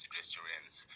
restaurants